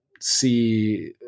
see